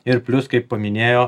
ir plius kaip paminėjo